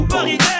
Paris